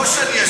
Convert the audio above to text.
או שאני ישן,